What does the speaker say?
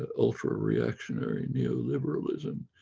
ultra reactionary neoliberalism.